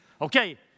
okay